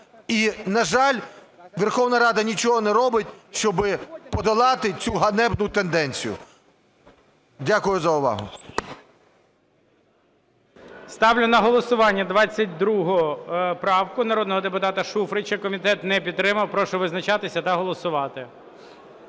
І, на жаль, Верховна Рада нічого не робить, щоб подолати цю ганебну тенденцію. Дякую за увагу. ГОЛОВУЮЧИЙ. Ставлю на голосування 22 правку народного депутата Шуфрича. Комітет не підтримав. Прошу визначатися та голосувати.